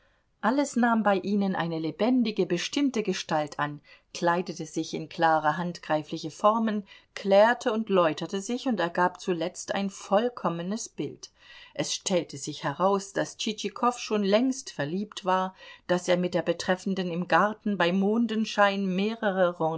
alles nahm bei ihnen eine lebendige bestimmte gestalt an kleidete sich in klare handgreifliche formen klärte und läuterte sich und ergab zuletzt ein vollkommenes bild es stellte sich heraus daß tschitschikow schon längst verliebt war daß er mit der betreffenden im garten bei mondenschein mehrere